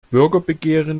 bürgerbegehren